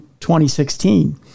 2016